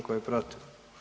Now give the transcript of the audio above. Tko je protiv?